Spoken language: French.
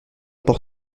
autre